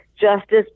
Justice